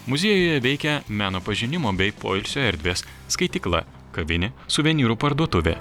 muziejuje veikia meno pažinimo bei poilsio erdvės skaitykla kavinė suvenyrų parduotuvė